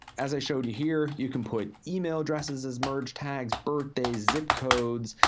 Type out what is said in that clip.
as i showed you here, you can put email addresses as merge tags, birthdays, zip codes,